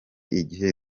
igihe